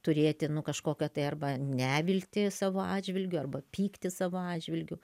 turėti nu kažkokią tai arba neviltį savo atžvilgiu arba pyktį savo atžvilgiu